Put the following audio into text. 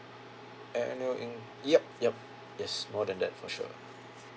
annual in~ yup yup yes more than that for sure